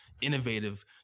innovative